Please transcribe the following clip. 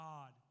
God